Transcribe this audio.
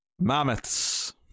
Mammoths